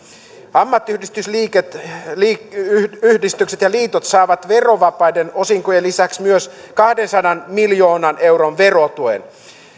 ammattiyhdistykset ja liitot saavat verovapaiden osinkojen lisäksi myös kahdensadan miljoonan euron verotuen